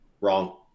wrong